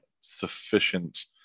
sufficient